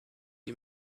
you